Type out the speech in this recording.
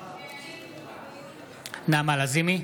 נעמה לזימי,